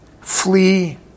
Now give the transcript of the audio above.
flee